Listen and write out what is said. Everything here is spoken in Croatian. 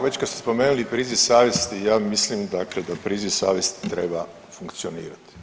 Već kad ste spomenuli priziv savjesti, ja mislim dakle da priziv savjesti treba funkcionirati.